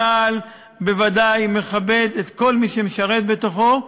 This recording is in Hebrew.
צה"ל בוודאי מכבד את כל מי שמשרת בו,